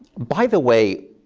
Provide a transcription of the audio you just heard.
by the way,